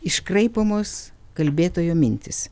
iškraipomos kalbėtojo mintys